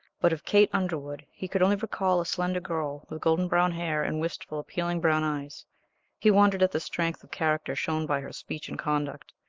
but of kate underwood he could only recall a slender girl with golden-brown hair and wistful, appealing brown eyes he wondered at the strength of character shown by her speech and conduct,